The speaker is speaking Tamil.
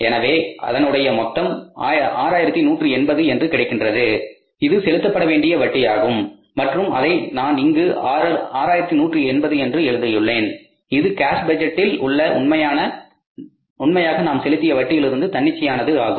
எனவே அதனுடைய மொத்தம் 6180 என்று கிடைக்கின்றது இது செலுத்தப்பட வேண்டிய வட்டியாகும் மற்றும் அதை நான் இங்கு 6180 என்று எடுத்துள்ளேன் இது கேஸ் பட்ஜெட்டில் உள்ள உண்மையாக நாம் செலுத்திய வட்டியிலிருந்து தன்னிச்சையானது ஆகும்